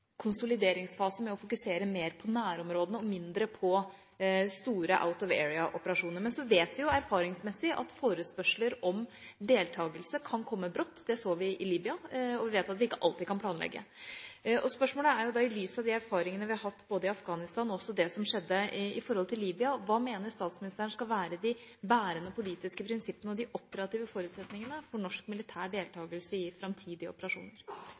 konsolideringsfase med å fokusere mer på nærområdene og mindre på store «out of area»-operasjoner. Men så vet vi jo erfaringsmessig at forespørsler om deltakelse kan komme brått. Det så vi i Libya, og vi vet at vi ikke alltid kan planlegge. La meg da stille et spørsmål i lys av de erfaringene vi har hatt i Afghanistan, og når det gjelder det som skjedde i Libya: Hva mener statsministeren skal være de bærende politiske prinsippene og de operative forutsetningene for norsk militær deltakelse i framtidige operasjoner?